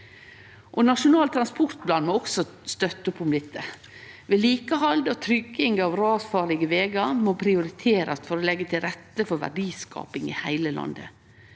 Nasjonal transportplan må også støtte opp om dette. Vedlikehald og trygging av rasfarlege vegar må prioriterast for å leggje til rette for verdiskaping i heile landet,